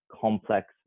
complex